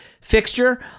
fixture